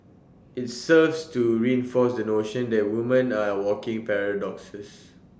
IT serves to reinforce the notion that women are walking paradoxes